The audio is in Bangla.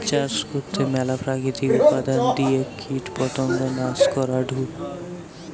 চাষ করতে ম্যালা প্রাকৃতিক উপাদান দিয়ে কীটপতঙ্গ নাশ করাঢু